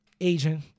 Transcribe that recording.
agent